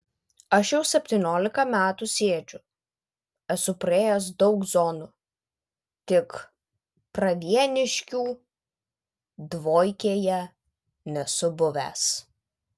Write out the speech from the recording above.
aš jau septyniolika metų sėdžiu esu praėjęs daug zonų tik pravieniškių dvojkėje nesu buvęs